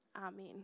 Amen